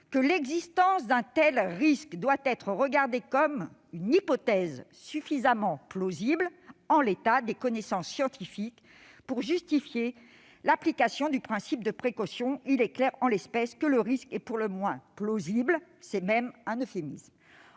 que l'existence d'un tel risque doit être regardée comme une « hypothèse suffisamment plausible en l'état des connaissances scientifiques pour justifier l'application du principe de précaution ». Il est clair, en l'espèce, que le risque est pour le moins « plausible »; c'est même un euphémisme.